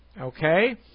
Okay